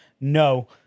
No